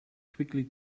quickly